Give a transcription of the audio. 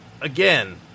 again